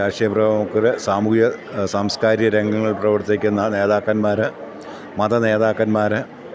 രാഷ്ട്രീയ പ്രമുഖര് സാമൂഹ്യ സാംസ്കാരിക രംഗങ്ങളില് പ്രവർത്തിക്കുന്ന നേതാക്കന്മാര് മത നേതാക്കന്മാര്